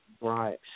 Right